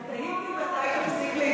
תודה על השותפות,